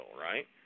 right